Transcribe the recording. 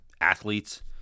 athletes